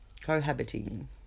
cohabiting